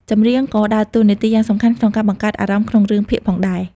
ចម្រៀងក៏ ដើរតួនាទីយ៉ាងសំខាន់ក្នុងការបង្កើតអារម្មណ៍ក្នុងរឿងភាគផងដែរ។